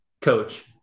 coach